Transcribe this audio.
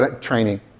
training